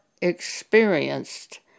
experienced